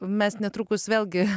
mes netrukus vėlgi